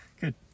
Good